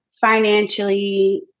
financially